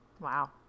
Wow